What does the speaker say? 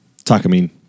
Takamine